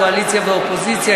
קואליציה ואופוזיציה,